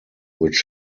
which